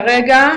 כרגע,